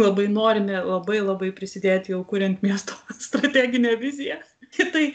labai norime labai labai prisidėti jau kuriant miesto strateginę viziją į tai